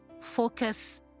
focus